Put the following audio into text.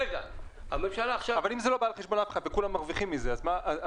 אבל אם זה לא בא על חשבון אף אחד וכולם מרוויחים מזה אז ---?